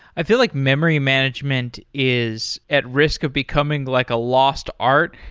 i feel like memory management is at risk of becoming like a lost art.